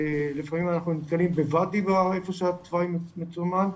ולפעמים אנחנו נתקלים בוואדי איפה שהתוואי מסומן,